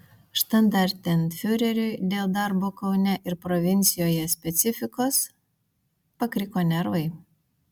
štandartenfiureriui dėl darbo kaune ir provincijoje specifikos pakriko nervai